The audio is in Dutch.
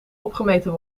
opgemeten